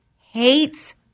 hates